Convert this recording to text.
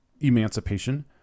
Emancipation